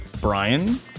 Brian